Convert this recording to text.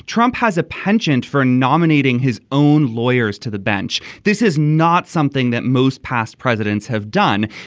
trump has a pageant for nominating his own lawyers to the bench. this is not something that most past presidents have done.